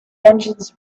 engines